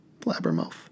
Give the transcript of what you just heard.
Blabbermouth